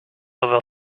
over